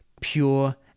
pure